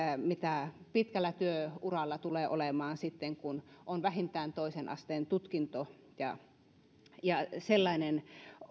mitä pitkällä työuralla tulee olemaan ja sitten kun on vähintään toisen asteen tutkinto ja sellainen